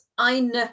eine